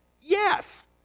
Yes